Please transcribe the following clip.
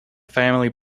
family